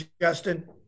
Justin